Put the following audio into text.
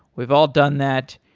we've all done that,